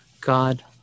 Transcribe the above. God